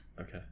Okay